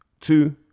Two